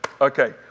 Okay